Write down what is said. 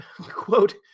Quote